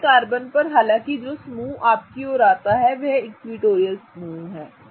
दूसरे कार्बन पर हालाँकि जो समूह आपकी ओर आता है वह यह इक्विटोरियल समूह है